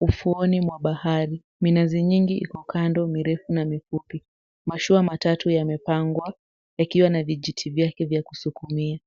Ufuoni mwa bahari, minazi nyingi iko kando, mirefu na mifupi. Mashua matatu yamepangwa, yakiwa na vijiti vyake vya kusukumia.